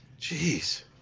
Jeez